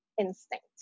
instinct